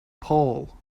paul